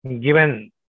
given